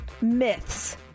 myths